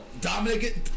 Dominic